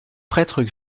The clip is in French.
prêtres